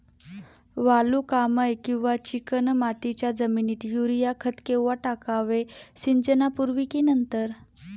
वालुकामय किंवा चिकणमातीच्या जमिनीत युरिया खत केव्हा टाकावे, सिंचनापूर्वी की नंतर?